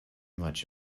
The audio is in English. much